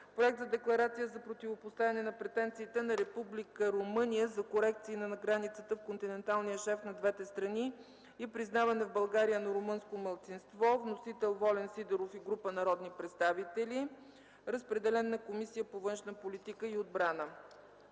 Проект за Декларация за противопоставяне на претенциите на Република Румъния за корекции на границата в континенталния шелф на двете страни и признаване в България на румънско малцинство. Вносители – Волен Сидеров и група народни представители. Разпределен е на Комисията по външна политика и отбрана;